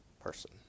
person